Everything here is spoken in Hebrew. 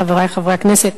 חברי חברי הכנסת,